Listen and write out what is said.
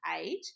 Age